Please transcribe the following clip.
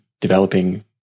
developing